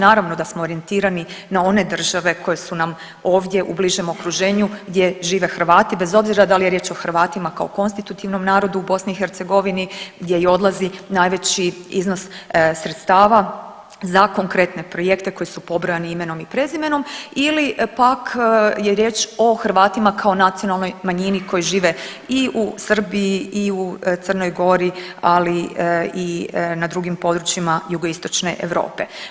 Naravno da smo orijentirani na one države koje su nam ovdje u bližem okruženju gdje žive Hrvati bez obzira da li je riječ o Hrvatima kao konstitutivnom narodu u BiH gdje i odlazi najveći iznos sredstva za konkretne projekte koji su pobrojani imenom i prezimenom ili pak je riječ o Hrvatima kao nacionalnoj manjini koji žive i u Srbiji i u Crnoj Gori ali i na drugim područjima jugoistočne Europe.